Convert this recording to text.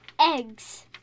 Eggs